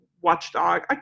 watchdog